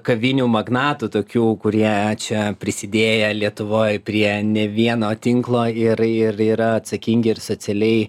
kavinių magnatų tokių kurie čia prisidėję lietuvoj prie ne vieno tinklo ir ir yra atsakingi ir socialiai